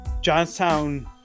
Johnstown